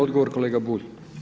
Odgovor kolega Bulj.